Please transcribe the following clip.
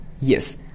Yes